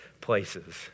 places